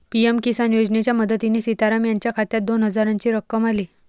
PM Kisan योजनेच्या मदतीने सीताराम यांच्या खात्यात दोन हजारांची रक्कम आली